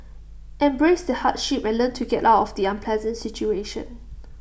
embrace the hardship and learn to get out of the unpleasant situation